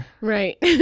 Right